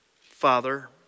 Father